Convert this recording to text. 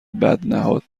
بدنهاد